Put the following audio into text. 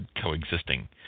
coexisting